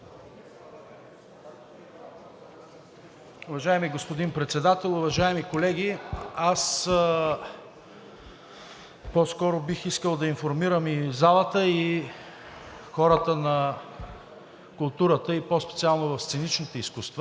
Уважаеми господин Председател, уважаеми колеги! Аз по-скоро бих искал да информирам и залата, и хората на културата, по-специално в сценичните изкуства,